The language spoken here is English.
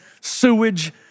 sewage